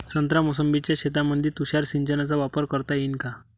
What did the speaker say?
संत्रा मोसंबीच्या शेतामंदी तुषार सिंचनचा वापर करता येईन का?